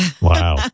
Wow